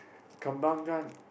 Kembangan